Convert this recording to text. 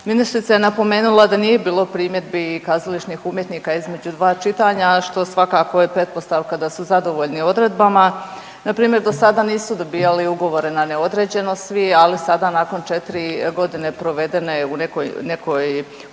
Ministrica je napomenula da nije bilo primjedbi kazališnih umjetnika između dva čitanja što svakako je pretpostavka da su zadovoljni odredbama. Na primjer dosada nisu dobijali ugovore na neodređeno svi, ali sada nakon 4 godine provedene u nekoj, nekoj